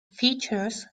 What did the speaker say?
features